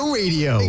radio